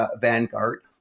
Vanguard